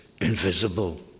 invisible